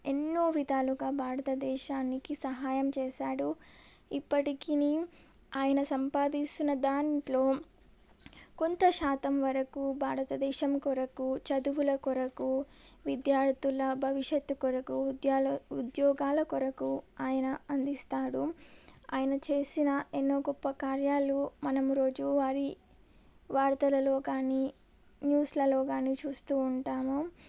ఎన్నో విధాలుగా భారతదేశానికి సహాయం చేశాడు ఇప్పటికీ ఆయన సంపాదిస్తున్న దాంట్లో కొంత శాతం వరకు భారతదేశం కొరకు చదువుల కొరకు విద్యార్థుల భవిష్యత్తు కొరకు ఉద్యాల ఉద్యోగాల కొరకు ఆయన అందిస్తాడు ఆయన చేసిన ఎన్నో గొప్ప కార్యాలు మనం రోజు వారి వార్తలలో కానీ న్యూస్లలో కానీ చూస్తూ ఉంటాము